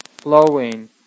flowing